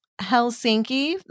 Helsinki